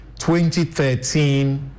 2013